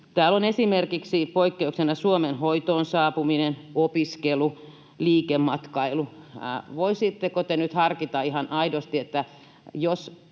täällä on esimerkiksi poik- keuksena Suomeen hoitoon saapuminen, opiskelu, liikematkailu. Voisitteko te nyt harkita ihan aidosti: jos